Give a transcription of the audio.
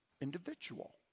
individual